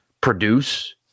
produce